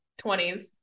20s